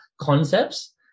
concepts